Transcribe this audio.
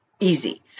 easy